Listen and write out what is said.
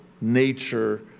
nature